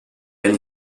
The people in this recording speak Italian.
anni